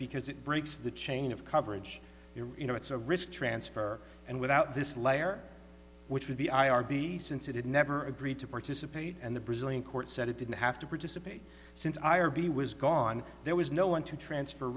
because it breaks the chain of coverage you know it's a risk transfer and without this layer which would be i r b since it had never agreed to participate and the brazilian court said it didn't have to participate since i or b was gone there was no one to transfer